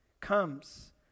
comes